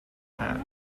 hat